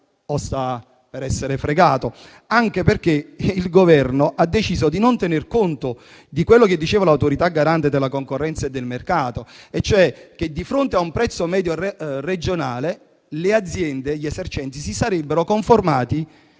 e dove può essere fregato. Questo anche perché il Governo ha deciso di non tener conto di quello che sosteneva l'Autorità garante della concorrenza e del mercato, ossia che, di fronte a un prezzo medio regionale, le aziende e gli esercenti si sarebbero conformati